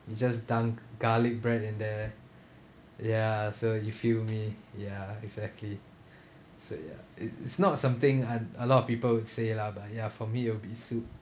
you just dunk garlic bread in there ya so you feel me ya exactly so ya it's it's not something un~ a lot of people would say lah but ya for me it will be soup